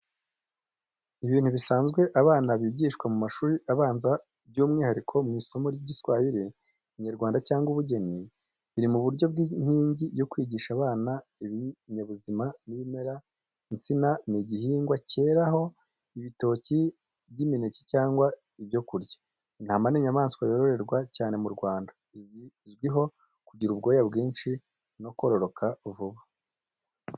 Ibintu bisanzwe abana bigishwa mu mashuri abanza, by’umwihariko mu isomo ry’Igiswahili, Ikinyarwanda cyangwa Ubugeni. Biri mu buryo bw’inkingi yo kwigisha abana ibinyabuzima n’ibimera. Insina ni igihingwa cyeraho ibitoki by'imineke cyangwa ibyo kurya. Intama ni inyamaswa yororerwa cyane mu Rwanda, izwiho kugira ubwoya bwinshi no kororoka vuba.